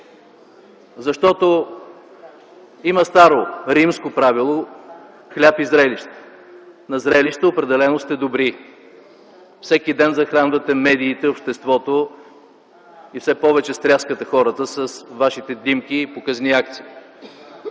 Защото има старо римско правило: „Хляб и зрелища”. На зрелища определено сте добри. Всеки ден захранвате медиите, обществото и все повече стряскате хората с вашите димки и показни акции,